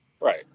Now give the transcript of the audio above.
Right